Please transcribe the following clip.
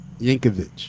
Yankovic